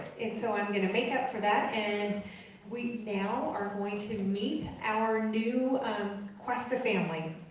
and so i'm gonna make up for that, and we now are going to meet our new cuesta family.